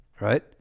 right